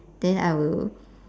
then I will